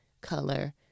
color